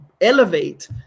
elevate